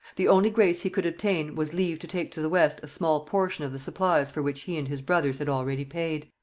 the only grace he could obtain was leave to take to the west a small portion of the supplies for which he and his brothers had already paid,